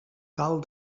cal